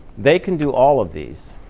they can do all of these.